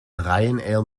ryanair